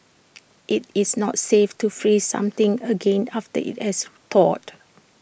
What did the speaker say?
IT is not safe to freeze something again after IT has thawed